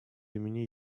имени